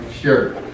sure